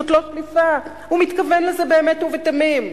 זאת לא שליפה, הוא מתכוון לזה באמת ובתמים.